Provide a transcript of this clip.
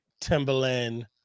Timberland